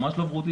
ממש לא ורודים,